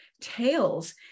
tales